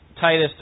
Titus